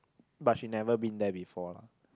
but she never been there before lah